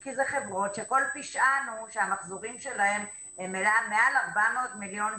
כי אלה חברות שכל פשען הוא שהמחזורים שלהם הם מעל 400 מיליון שקל.